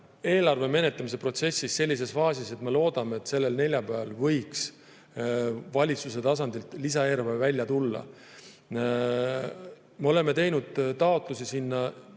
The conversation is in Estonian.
eelarve menetlemise protsessis sellises faasis, et me loodame, et sellel neljapäeval võiks valitsuse tasandilt lisaeelarve välja tulla. Me oleme teinud taotlusi